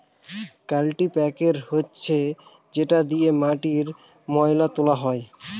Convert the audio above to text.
কাল্টিপ্যাকের হচ্ছে যেটা দিয়ে মাটির ময়লা তোলা হয়